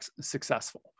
successful